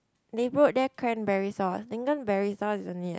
they wrote their cranberry sauce lingonberry sauce is only at